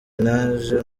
naje